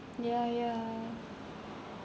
ya ya